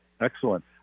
Excellent